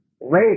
wait